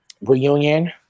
Reunion